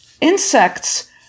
insects